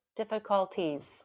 difficulties